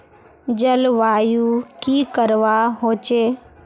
जलवायु की करवा होचे?